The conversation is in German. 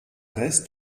rest